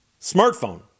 smartphone